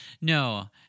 No